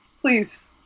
please